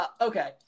Okay